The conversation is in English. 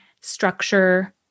structure